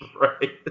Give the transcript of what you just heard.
Right